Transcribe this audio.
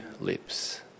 lips